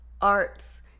arts